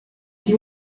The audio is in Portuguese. que